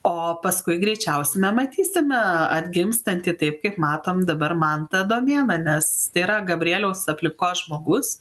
o paskui greičiausiai na matysime atgimstantį taip kaip matome dabar mantą adomėną nes tai yra gabrieliaus aplinkos žmogus